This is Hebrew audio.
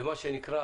ומה שנקרא,